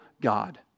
God